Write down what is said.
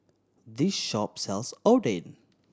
this shop sells Oden